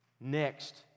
Next